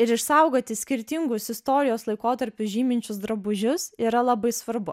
ir išsaugoti skirtingus istorijos laikotarpiu žyminčius drabužius yra labai svarbu